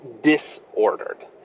disordered